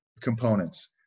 components